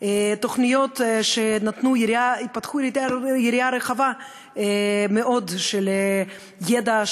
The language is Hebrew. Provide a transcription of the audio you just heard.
תוכניות שהתפתחו ליריעה רחבה מאוד של ידע,